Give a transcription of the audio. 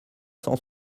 cent